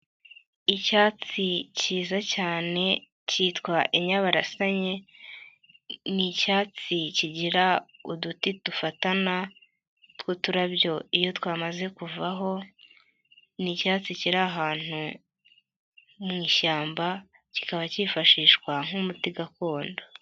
Icyatsi kiyiza cyane kitwa inyabarasanye ni icyatsi kigira uduti dufatana tw'uturabyo iyo twamaze kuvaho, ni icyatsi kiri ahantu mu ishyamba kikaba kifashishwa nk'umuti gakondo.